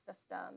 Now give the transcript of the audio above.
system